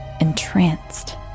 entranced